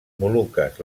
moluques